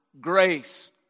grace